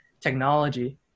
technology